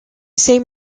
same